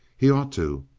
he ought to.